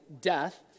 death